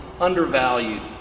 undervalued